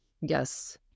yes